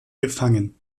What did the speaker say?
gefangen